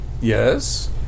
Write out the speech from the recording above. Yes